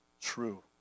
true